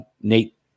Nate